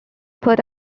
put